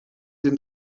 den